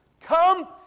come